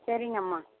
சரிங்கம்மா